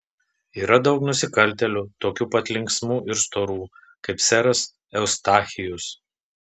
yra daug nusikaltėlių tokių pat linksmų ir storų kaip seras eustachijus